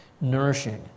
nourishing